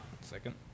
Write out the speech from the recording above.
second